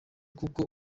kuko